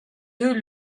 deux